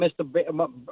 Mr